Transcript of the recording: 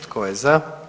Tko je za?